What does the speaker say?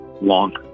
long